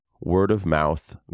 word-of-mouth